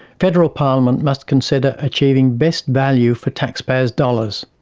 federal parliament must consider achieving best value for taxpayers' dollars,